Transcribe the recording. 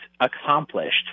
accomplished